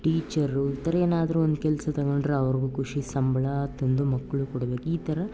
teacher ಈ ಥರ ಏನಾದರೂ ಒಂದು ಕೆಲಸ ತಗೊಂಡ್ರೆ ಅವ್ರಿಗೂ ಖುಷಿ ಸಂಬಳ ತಂದು ಮಕ್ಳಿಗೆ ಕೊಡ್ಬೇಕು ಈ ಥರ